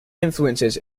influences